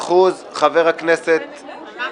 ג'מאל